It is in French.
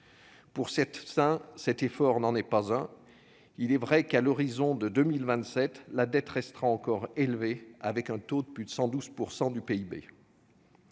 Pour certains, cet effort n'en est pas un. Il est vrai que, à l'horizon de 2027, la dette restera encore élevée, avec un taux de plus de 112 % du PIB.